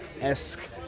esque